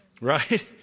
Right